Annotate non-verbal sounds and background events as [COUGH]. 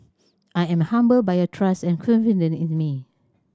I am humbled by your trust and [UNINTELLIGIBLE] in me